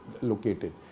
located